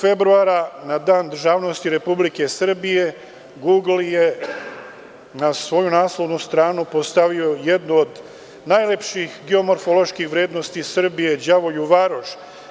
Na dan državnosti 15. februara Republike Srbije, „gugl“ je na svoju naslovnu stranu postavio jednu od najlepših geomorfoloških vrednosti Srbije Đavolju varoš.